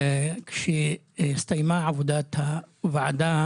כשהסתיימה עבודת הוועדה